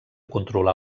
controlar